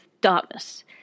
darkness